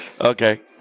okay